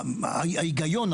שההיגיון,